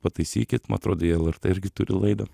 pataisykit man atrodo jie lrt irgi turi laidą